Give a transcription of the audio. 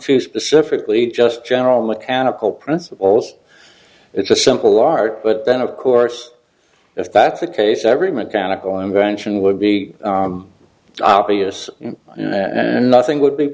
to specifically just general mechanical principles it's a simple art but then of course if that's the case every mechanical invention would be obvious and nothing would be